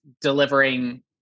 delivering